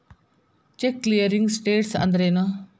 Check clearing status ಅಂದ್ರೇನು?